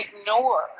ignore